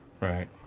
Right